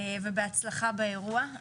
ובהצלחה באירוע.